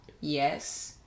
Yes